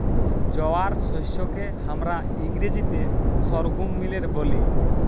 জয়ার শস্যকে হামরা ইংরাজিতে সর্ঘুম মিলেট ব্যলি